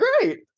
great